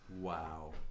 wow